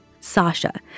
Sasha